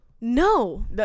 No